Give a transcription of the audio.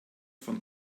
von